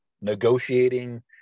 negotiating